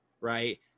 right